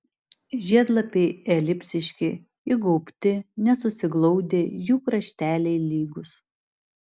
žiedlapiai elipsiški įgaubti nesusiglaudę jų krašteliai lygūs